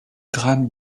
grammes